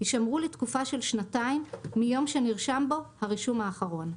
יישמרו לתקופה של שנתיים מיום שנרשם בו הרישום האחרון.